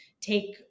take